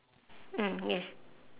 mm yes